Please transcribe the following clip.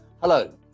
Hello